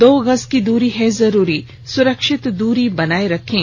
दो गज की दूरी है जरूरी सुरक्षित दूरी बनाए रखें